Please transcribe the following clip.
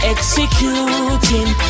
Executing